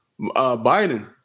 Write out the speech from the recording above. Biden